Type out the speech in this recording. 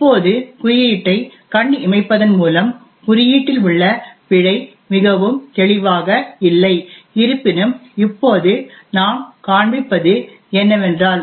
இப்போது குறியீட்டை கண் இமைப்பதன் மூலம் குறியீட்டில் உள்ள பிழை மிகவும் தெளிவாக இல்லை இருப்பினும் இப்போது நாம் காண்பிப்பது என்னவென்றால்